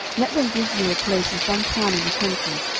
let them give me a place in some town in the country,